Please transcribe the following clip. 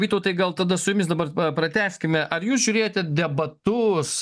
vytautai gal tada su jumis dabar pratęskime ar jūs žiūrėjote debatus